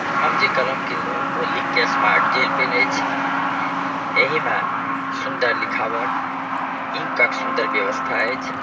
हम जे कलम किनलहुँ ओ लिन्क के स्मार्ट जेल पेन अछि एहिमे सुन्दर लिखावट इंकक सुन्दर व्यवस्था अछि